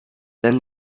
then